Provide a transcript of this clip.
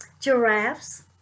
giraffes